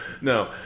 No